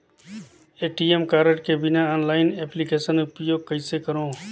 ATM card के बिना online application उपयोग कइसे करो?